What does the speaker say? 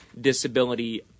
Disability